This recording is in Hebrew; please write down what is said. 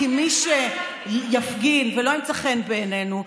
כי מי שיפגין ולא ימצא חן בעינינו,